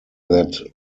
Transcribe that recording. that